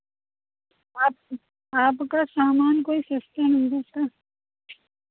आप आपका सामान कोई सस्ता नहीं रहता